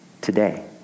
Today